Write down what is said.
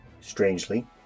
Strangely